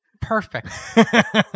Perfect